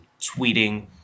tweeting